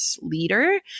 leader